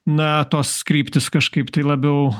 na tos kryptis kažkaip tai labiau